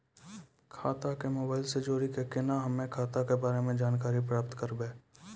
खाता के मोबाइल से जोड़ी के केना हम्मय खाता के बारे मे जानकारी प्राप्त करबे?